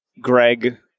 Greg